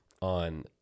on